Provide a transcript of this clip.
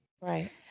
Right